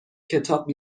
کتاب